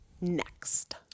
next